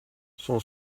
son